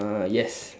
uh yes